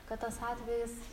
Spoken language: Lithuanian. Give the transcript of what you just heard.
kad tas atvejis